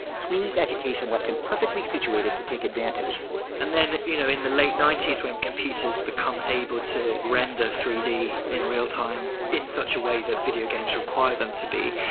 sweeneys education left him perfectly situated to take advantage and then, you know, in the late ninety s, when computers become able to render three d in real time in such a way that videogames require them to be.